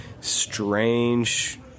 strange